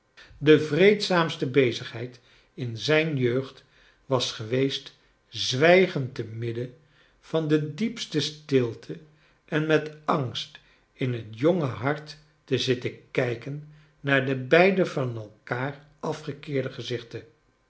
de vreedzaamste bezigheid in zijn jeugd was geweest zwijgend te midden van de diepste stilte en met angst in het jonge hart te zitten kijken naar de beide van elkaar afgekeerde gezichten